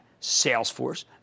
Salesforce